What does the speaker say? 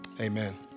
Amen